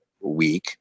week